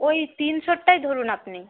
ওই তিনশোরটাই ধরুন আপনি